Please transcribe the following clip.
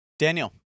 Daniel